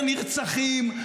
יותר נרצחים,